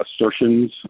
assertions